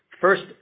First